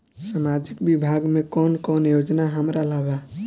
सामाजिक विभाग मे कौन कौन योजना हमरा ला बा?